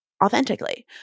authentically